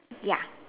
ya